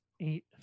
eight